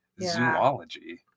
Zoology